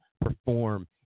perform